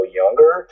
younger